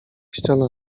ściana